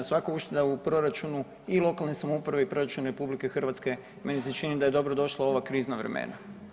Svaka ušteda u proračunu i lokalne samouprave i proračunu RH meni se čini da je dobrodošla ova krizna vremena.